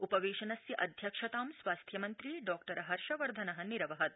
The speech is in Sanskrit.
उपवेशनस्य अध्यक्षतां स्वास्थ्यमन्त्री डॉ हर्षवर्धन निरवहत्